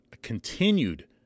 continued